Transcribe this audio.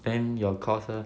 then your course leh